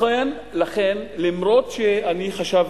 לכן, אפילו שאני חשבתי,